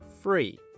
free